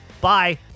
bye